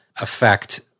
affect